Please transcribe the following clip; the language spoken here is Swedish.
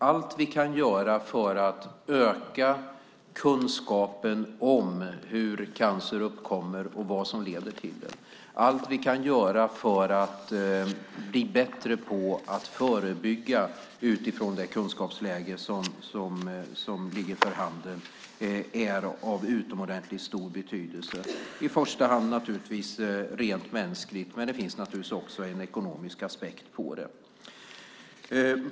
Allt vi kan göra för att öka kunskapen om hur cancer uppkommer och vad som leder till det och allt vi kan göra för att förebygga utifrån det kunskapsläge som ligger för handen är av utomordentligt stor betydelse. Det gäller i första hand rent mänskligt, men det finns naturligtvis också en ekonomisk aspekt på det.